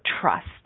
trust